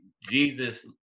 Jesus